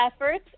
efforts